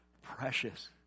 precious